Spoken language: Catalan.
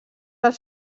els